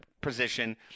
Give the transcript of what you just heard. position